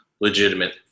legitimate